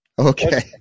Okay